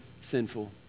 sinful